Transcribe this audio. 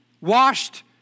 washed